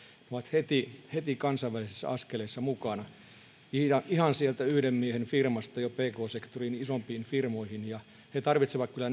heti heti kansainvälisessä askeleessa mukana ihan jo sieltä yhden miehen firmasta pk sektoriin ja isompiin firmoihin ja ne tarvitsevat kyllä